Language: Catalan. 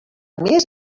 més